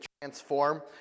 transform